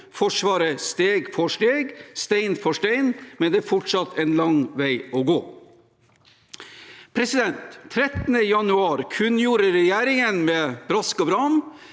Forsvaret steg for steg, stein for stein, men det er fortsatt en lang vei å gå. Den 13. januar kunngjorde regjeringen med brask og bram